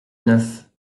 neuf